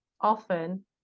often